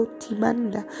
timanda